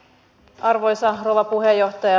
arvoisa rouva puheenjohtaja